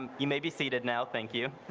and you may be seated now. thank you.